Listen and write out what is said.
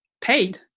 paid